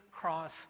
cross